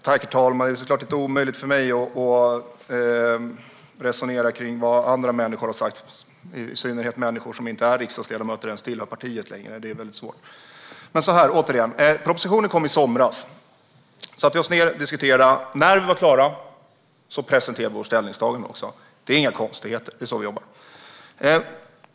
Herr talman! Det är såklart omöjligt för mig att resonera kring vad andra människor har sagt, i synnerhet människor som inte är riksdagsledamöter eller ens tillhör partiet längre. Återigen: Propositionen kom i somras. Vi satte oss då ned och diskuterade. När vi var klara presenterade vi vårt ställningstagande. Det är inga konstigheter - det är så vi jobbar.